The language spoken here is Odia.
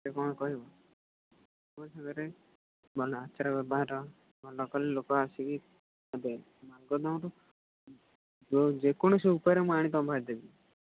କିଏ କ'ଣ କହିବ ଲୋକଙ୍କ ସାଙ୍ଗରେ ଭଲ ଆଚାର ବ୍ୟବହାର ଭଲ କଲେ ଲୋକ ଆସିକି ନେବେ ଯେଉଁ ଯେକୌଣସି ଉପାୟରେ ମୁଁ ଆଣି ତୁମ ପାଖରେ ଦେବି